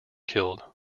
killed